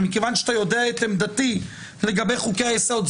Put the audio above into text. ומכיוון שאתה יודע את עמדתי לגבי חוקי היסוד,